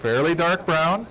fairly dark brown